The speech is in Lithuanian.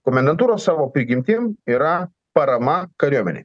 komendantūros savo prigimtim yra parama kariuomenei